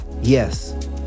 Yes